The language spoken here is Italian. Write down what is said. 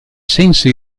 senso